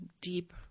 deep